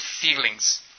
feelings